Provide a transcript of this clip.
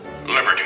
liberty